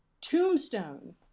Tombstone